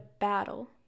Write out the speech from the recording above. battle